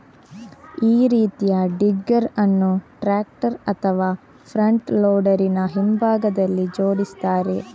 ಈ ರೀತಿಯ ಡಿಗ್ಗರ್ ಅನ್ನು ಟ್ರಾಕ್ಟರ್ ಅಥವಾ ಫ್ರಂಟ್ ಲೋಡರಿನ ಹಿಂಭಾಗದಲ್ಲಿ ಜೋಡಿಸ್ತಾರೆ